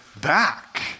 back